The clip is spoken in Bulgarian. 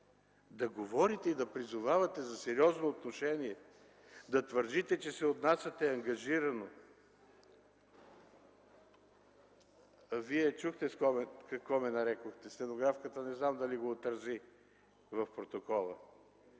да говорите и да призовавате за сериозно отношение, да твърдите, че се отнасяте ангажирано! Вие чухте какво ме нарекохте – стенографката не знам дали го отрази в протокола.